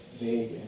vague